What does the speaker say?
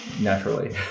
Naturally